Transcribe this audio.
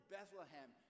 Bethlehem